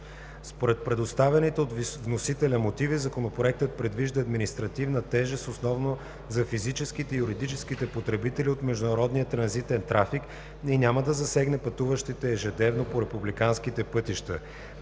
Според предоставените от вносителя мотиви Законопроектът предвижда административна тежест основно за физическите и юридическите потребители от международния транзитен трафик и няма да засегне пътуващите ежедневно по републиканските пътища.